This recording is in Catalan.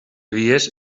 vies